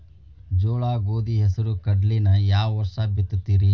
ಜೋಳ, ಗೋಧಿ, ಹೆಸರು, ಕಡ್ಲಿನ ಯಾವ ವರ್ಷ ಬಿತ್ತತಿರಿ?